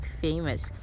famous